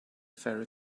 ferry